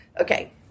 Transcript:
Okay